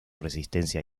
resistencia